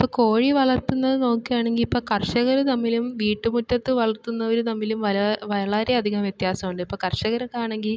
ഇപ്പം കോഴി വളർത്തുന്നത് നോക്കുകയാണെങ്കിൽ ഇപ്പം കർഷകർ തമ്മിലും വീട്ടുമുറ്റത്ത് വളർത്തുന്നവർ തമ്മിലും വളരെയധികം വ്യത്യാസമുണ്ട് ഇപ്പം കർഷകരൊക്കെ ആണെങ്കിൽ